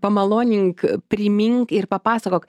pamalonink primink ir papasakok